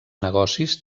negocis